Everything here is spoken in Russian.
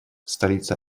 столица